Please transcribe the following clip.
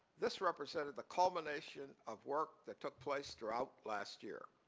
this represented the culmination of work that took place throughout last year.